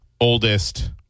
oldest